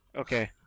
Okay